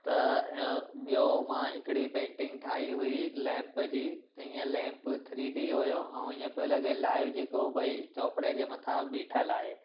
त ॿियो मां हिकिड़ी पेंटिंग ठाही हुई लैंप जी त ईअं लैंप थ्री डी हुओ ऐं ईअं पियो लॻे लाइव जको भई चोपड़े जे मथां बीठल आहे